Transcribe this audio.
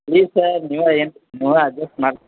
please sir ನೀವು ಏನು ನೀವು ಅಡ್ಜೆಸ್ಟ್ ಮಾಡಿ